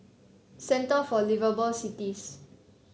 Centre for Liveable Cities